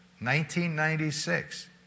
1996